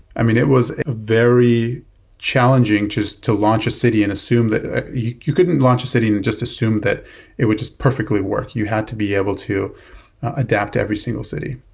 i mean, it was very challenging just to launch a city and assume that you couldn't launch a city and just assume that it would just perfectly work. you had to be able to adapt to every single city.